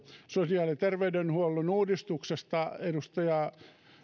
sosiaali ja terveydenhuollon uudistuksesta edustaja